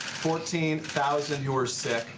fourteen thousand who are sick,